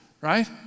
Right